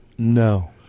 No